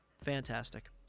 fantastic